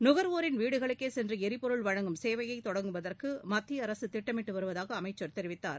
நுகர்வோரின் வீடுகளுக்கே சென்று எரிபொருள் வழங்கும் சேவையைத் தொடங்குவதற்கு மத்திய அரசு திட்டமிட்டு வருவதாக அமைச்சர் தெரிவித்தார்